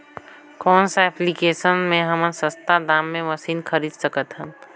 कौन सा एप्लिकेशन मे हमन सस्ता दाम मे मशीन खरीद सकत हन?